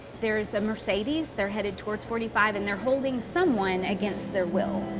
there is a mercedes, they're headed towards forty five, and they're holding someone against their will.